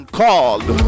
called